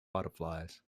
butterflies